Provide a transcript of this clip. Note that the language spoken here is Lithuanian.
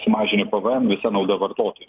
sumažini pvm visa nauda vartotojui